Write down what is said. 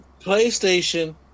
PlayStation